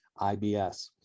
ibs